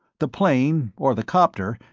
the plane, or the copter,